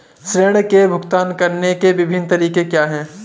ऋृण के भुगतान करने के विभिन्न तरीके क्या हैं?